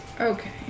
Okay